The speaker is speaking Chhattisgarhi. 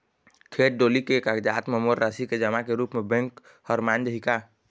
खेत डोली के कागजात म मोर राशि के जमा के रूप म बैंक हर मान जाही का?